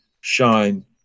shine